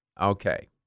Okay